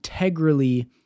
integrally